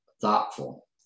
thoughtful